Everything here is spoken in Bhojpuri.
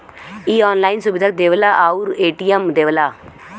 इ ऑनलाइन सुविधा देवला आउर ए.टी.एम देवला